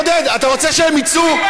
עודד, אתה רוצה שהם יצאו?